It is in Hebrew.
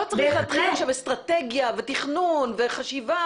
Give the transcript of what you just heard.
לא צריך להתחיל עכשיו אסטרטגיה ותכנון וחשיבה.